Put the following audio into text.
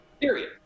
period